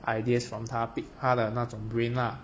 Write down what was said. ideas from 他 pick 他的那种 brain lah